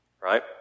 right